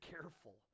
careful